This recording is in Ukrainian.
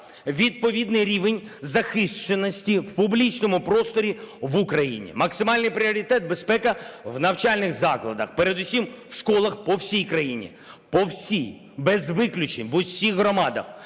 відповідний рівень захищеності в публічному просторі в Україні. Максимальний пріоритет – безпека в навчальних закладах, передусім у школах по всій країні. По всій, без виключень, у всіх громадах.